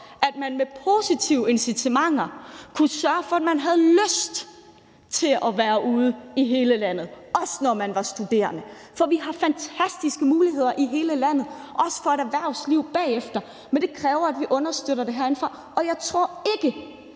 faktisk med positive incitamenter kunne sørge for, at man havde lyst til at være ude i hele landet, også når man var studerende. For vi har fantastiske muligheder i hele landet, også i forhold til beskæftigelse i erhvervslivet bagefter, men det kræver, at vi støtter det herindefra, og jeg tror ikke,